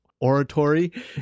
Oratory